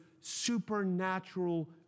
supernatural